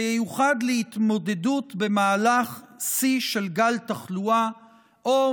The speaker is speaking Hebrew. שייוחד להתמודדות במהלך שיא של גל תחלואה או